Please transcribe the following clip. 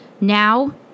Now